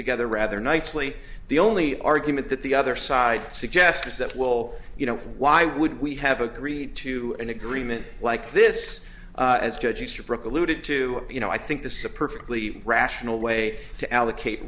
together rather nicely the only argument that the other side suggests is that will you know why would we have agreed to an agreement like this as judge easterbrook alluded to you know i think this is a perfectly rational way to allocate